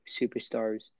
superstars